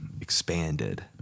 expanded